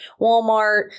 Walmart